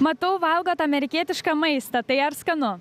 matau valgot amerikietišką maistą tai ar skanu